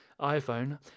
iPhone